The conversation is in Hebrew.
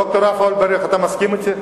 ד"ר עפו אגבאריה, אתה מסכים אתי?